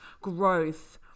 growth